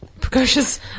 precocious